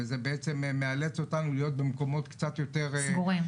וזה מאלץ אותנו להיות במקומות סגורים.